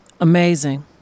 amazing